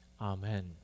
Amen